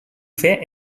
fer